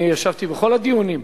אני ישבתי בכל הדיונים,